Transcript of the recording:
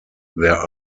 their